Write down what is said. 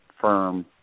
firm